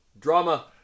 Drama